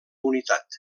unitat